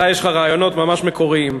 אתה, יש לך רעיונות ממש מקוריים.